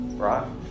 right